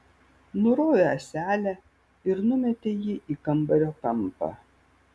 nurovė ąselę ir numetė jį į kambario kampą